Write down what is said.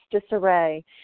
disarray